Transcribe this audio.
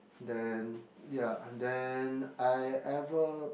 then ya and then I ever